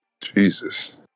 Jesus